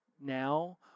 now